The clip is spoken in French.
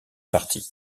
parti